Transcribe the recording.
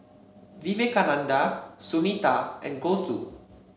Vivekananda Sunita and Gouthu